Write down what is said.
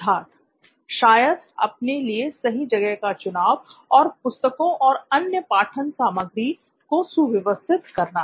सिद्धार्थ शायद अपने लिए सही जगह का चुनाव और पुस्तकों और अन्य पाठन सामग्री को सुव्यवस्थित करना